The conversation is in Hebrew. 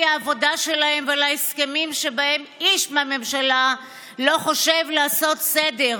העבודה שלהם ועל הסכמים שבהם איש מהממשלה לא חושב לעשות סדר,